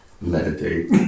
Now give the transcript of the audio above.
meditate